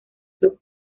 club